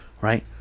right